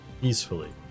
Peacefully